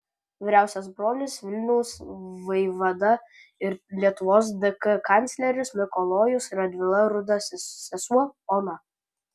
vyriausias brolis vilniaus vaivada ir lietuvos dk kancleris mikalojus radvila rudasis sesuo ona